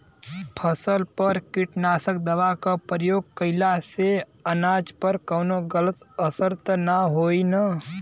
फसल पर कीटनाशक दवा क प्रयोग कइला से अनाज पर कवनो गलत असर त ना होई न?